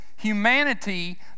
Humanity